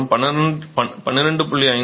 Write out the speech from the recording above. மேலும் 12